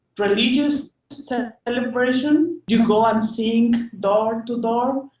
religious so celebration. you go and sing door to door.